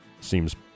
Seems